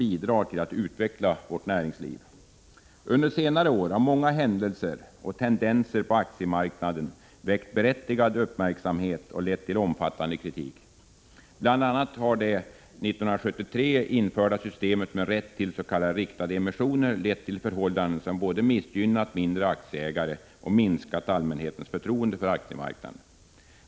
1986/87:130 utveckla vårt näringsliv. 25 maj 1987 Under senare år har många händelser och tendenser på aktiemarknaden väckt berättigad uppmärksamhet och lett till omfattande kritik. Bl. a. har det 1973 införda systemet med rätt till s.k. riktade emissioner lett till förhållanden som både missgynnat mindre aktieägare och minskat allmänhetens förtroende för aktiemarknaden.